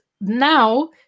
now